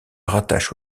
rattache